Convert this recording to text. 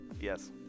Yes